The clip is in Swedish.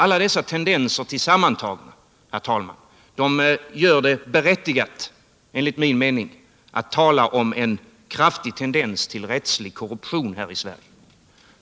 Alla dessa tendenser tillsammantagna, herr talman, gör det enligt min mening berättigat att tala om en kraftig tendens till rättslig korruption här i Sverige.